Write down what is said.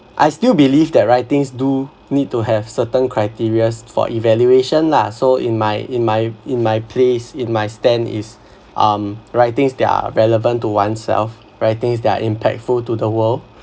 I still believe that writings do need to have certain criterias for evaluation lah so in my in my in my place in my stand is um writings that are relevant to oneself writings that are impactful to the world